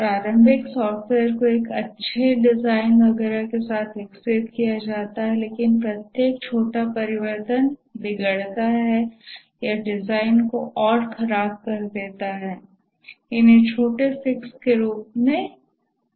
प्रारंभिक सॉफ़्टवेयर को एक अच्छे डिज़ाइन वगैरह के साथ विकसित किया जाता है लेकिन प्रत्येक छोटा परिवर्तन बिगड़ता है या डिज़ाइन को और खराब कर देता है इन्हें छोटे फिक्स के रूप में विकसित किया जाता है